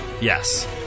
yes